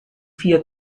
vier